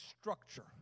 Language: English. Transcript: structure